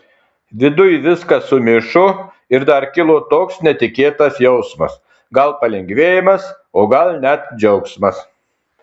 viduj viskas sumišo ir dar kilo toks netikėtas jausmas gal palengvėjimas o gal net džiaugsmas